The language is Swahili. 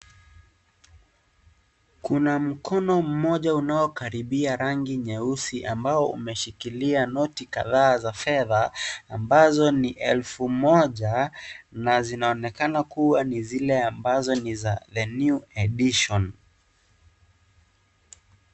Kuna mkono moja unaokaribia rangi nyeusi, ambao umeshikilia noti kadhaa za fedha ambazo ni elfu moja na zinaonekana ni zile ambazo ni za the new edition .